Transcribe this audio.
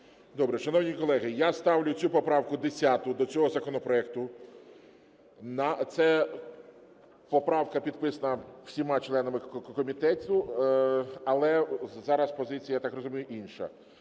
Добре. Шановні колеги, я ставлю цю поправку 10-у до цього законопроекту на… Ця поправка підписана всіма членами комітету, але зараз позиція, я так розумію, інша.